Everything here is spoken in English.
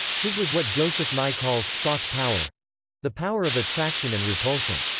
his was what joseph nye calls soft power the power of attraction and repulsion.